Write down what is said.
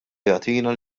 jagħtina